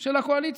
של הקואליציה: